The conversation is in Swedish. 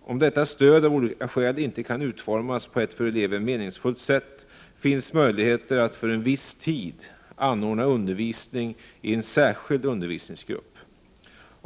Om detta stöd av olika skäl inte kan utformas på ett för eleven meningsfullt sätt finns möjligheter att för en viss tid anordna undervisning i en särskild undervisningsgrupp.